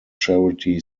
charity